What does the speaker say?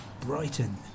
Brighton